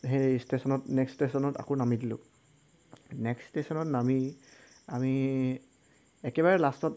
সেই ষ্টেশ্যনত নেক্সট ষ্টেচনত আকৌ নামি দিলোঁ নেক্সট ষ্টেশ্যনত নামি আমি একেবাৰে লাষ্টত